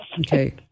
Okay